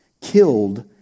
killed